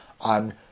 on